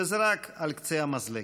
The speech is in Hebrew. וזה רק על קצה המזלג.